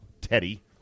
Teddy